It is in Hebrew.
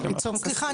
סליחה,